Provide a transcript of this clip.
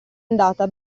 andata